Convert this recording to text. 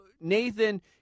Nathan